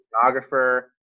photographer